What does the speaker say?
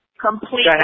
complete